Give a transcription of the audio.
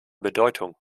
bedeutung